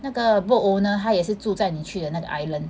那个 boat owner 他也是住在你去的那个 island